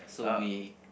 so we